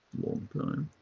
long time.